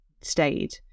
stayed